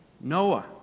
Noah